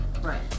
Right